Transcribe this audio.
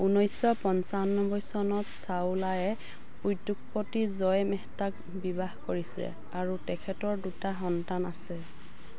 ঊনৈশ পঞ্চানব্বৈ চনত চাওলায়ে উদ্যোগপতি জয় মেহতাক বিবাহ কৰিছে আৰু তেখেতৰ দুটা সন্তান আছে